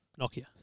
Nokia